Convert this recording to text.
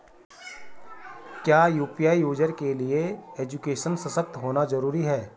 क्या UPI user के लिए एजुकेशनल सशक्त होना जरूरी है?